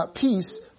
peace